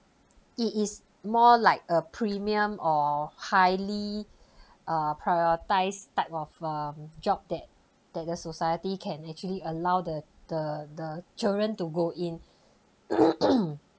it is more like a premium or highly err prioritise type of um job that that the society can actually allow the the the children to go in